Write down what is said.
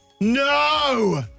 No